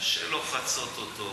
שלוחצות אותו,